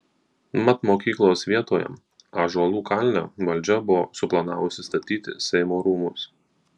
mat mokyklos vietoje ąžuolų kalne valdžia buvo suplanavusi statyti seimo rūmus